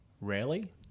Rarely